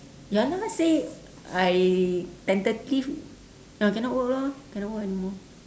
ya lah say I tentative ya cannot work lor cannot work anymore